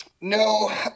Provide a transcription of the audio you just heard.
No